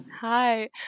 Hi